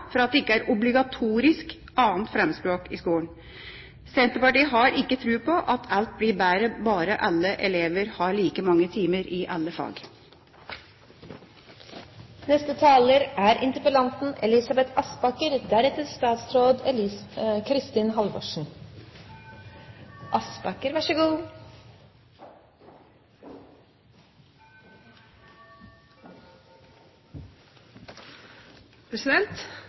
for at det ikke er et obligatorisk 2. fremmedspråk i skolen. Senterpartiet har ikke tro på at alt blir bedre bare alle elever har like mange timer i alle fag. Jeg vil takke for en god og konstruktiv debatt. Det er